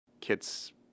kid's